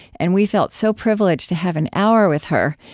and we felt so privileged to have an hour with her.